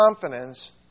confidence